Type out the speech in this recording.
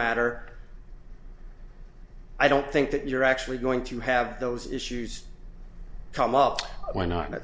matter i don't think that you're actually going to have those issues come up why not let